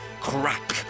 Crack